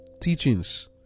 Teachings